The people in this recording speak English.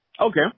Okay